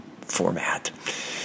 format